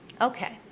okay